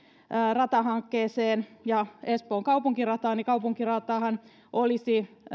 ratahankkeeseen ja espoon kaupunkirataan niin kaupunkiratahan olisi